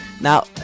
Now